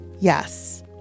Yes